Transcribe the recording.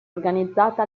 organizzata